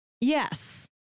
Yes